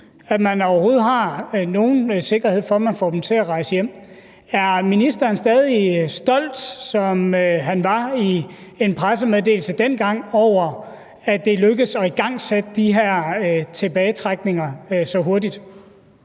at man overhovedet har nogen sikkerhed for, at man får dem til at rejse hjem. Er ministeren stadig stolt, som han var i en pressemeddelelse dengang, over, at det er lykkedes at igangsætte de her tilbagetrækninger så hurtigt?